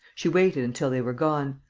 she waited until they were gone.